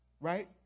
Right